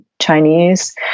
Chinese